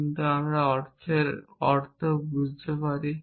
সুতরাং আমরা বাক্যের অর্থ বুঝতে পারি